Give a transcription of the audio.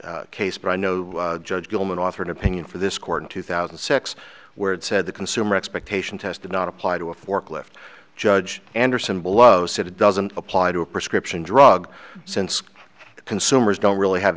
the case by no judge gilman author an opinion for this court in two thousand and six where it said the consumer expectation test did not apply to a forklift judge anderson below said it doesn't apply to a prescription drug since consumers don't really have